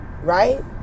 right